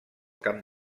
camp